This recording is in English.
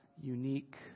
unique